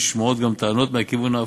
נשמעות גם טענות מהכיוון ההפוך,